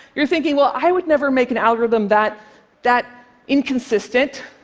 you're thinking, well, i would never make an algorithm that that inconsistent.